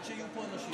בסרט שבו האופוזיציה,